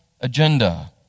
agenda